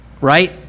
right